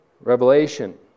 revelation